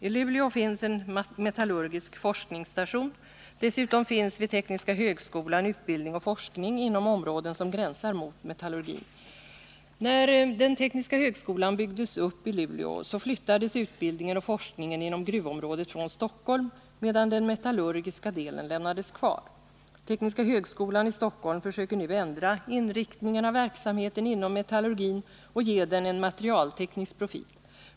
I Luleå finns en metallurgisk forskningsstation. Dessutom finns vid tekniska högskolan utbildning och forskning inom områden som gränsar mot metallurgin. När tekniska högskolan i Luleå byggdes upp flyttades utbildningen och forskningen inom gruvområdet från Stockholm, medan den metallurgiska delen lämnades kvar. Tekniska högskolan i Stockholm försöker nu ändra inriktningen av verksamheten inom metallurgin och ge den en materialteknisk profil.